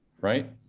right